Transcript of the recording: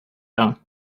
down